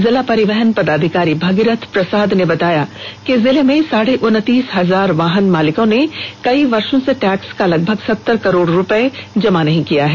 जिला परिवहन पदाधिकारी भगीरथ प्रसाद ने बताया कि जिले में साढ़े उनतीस हजार वाहन मालिकों ने कई वर्षों से टैक्स का लगभग सत्तर करोड़ रूपये जमा नहीं किया है